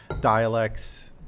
dialects